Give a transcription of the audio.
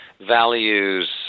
values